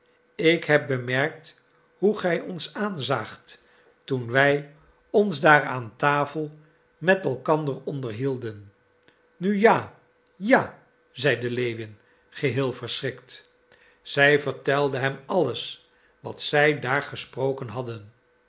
ik heb bemerkt hoe gij ons aanzaagt toen wij ons daar aan tafel met elkander onderhielden nu ja ja zeide lewin geheel verschrikt zij vertelde hem alles wat zij daar gesproken hadden